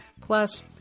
Plus